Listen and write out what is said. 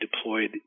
deployed